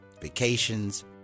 vacations